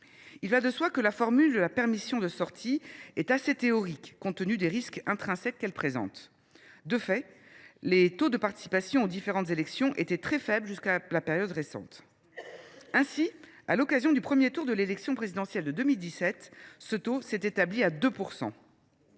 Il va de soi que la formule de la permission de sortie est assez théorique, compte tenu des risques intrinsèques qu’elle présente. De fait, les taux de participation aux différentes élections étaient très faibles jusqu’à une période récente. Ainsi, à l’occasion du premier tour de l’élection présidentielle de 2017, ce taux s’est établi à 2 %.